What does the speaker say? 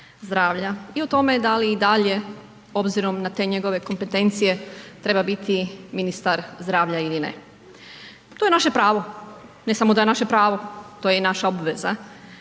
zdravlja i o tome da li i dalje obzirom na te njegove kompetencije treba biti ministar zdravlja ili ne. To je naše pravo, ne samo da je naše pravo, to je i naša obveza.